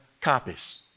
copies